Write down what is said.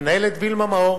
המנהלת וילמה מאור,